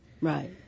Right